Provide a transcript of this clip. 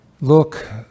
look